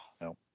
No